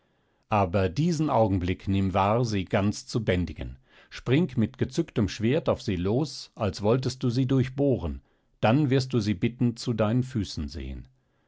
aber diesen augenblick nimm wahr sie ganz zu bändigen spring mit gezücktem schwert auf sie los als wolltest du sie durchbohren dann wirst du sie bittend zu deinen füßen sehen